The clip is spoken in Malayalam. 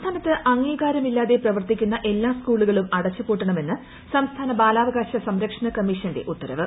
സംസ്ഥാനത്ത് അംഗീകാരമില്ലാതെ പ്രവർത്തിക്കുന്ന എല്ലാ സ്കൂളുകളും അടച്ചുപൂട്ടണമെന്ന് സംസ്ഥാന ബാലാവകാശ സംരക്ഷണ കമ്മീഷന്റെ ഉത്തരവ്